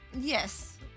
Yes